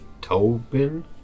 Tobin